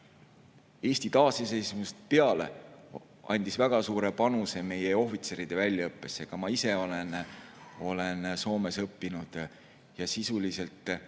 Eesti taasiseseisvumisest peale andis väga suure panuse meie ohvitseride väljaõppesse. Ka ma ise olen Soomes õppinud. Sisuliselt